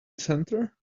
center